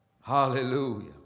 Hallelujah